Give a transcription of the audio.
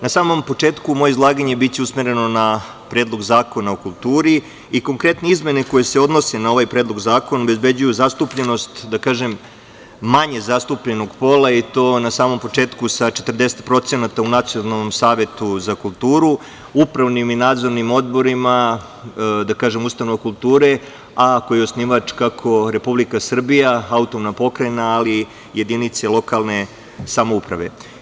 Na samom početku moje izlaganje biće usmereno na Predlog zakona o kulturi i konkretne izmene koje se odnose na ovaj predlog zakona obezbeđuju zastupljenost manje zastupljenog pola i to na samom početku sa 40% u Nacionalnom savetu za kulturu, upravnim i nadzornim odborima, ustanovama kulture, a kojih je osnivač kako Republika Srbija, autonomna pokrajina, ali i jedinice lokalne samouprave.